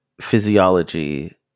physiology